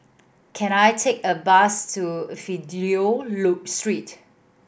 can I take a bus to Fidelio Street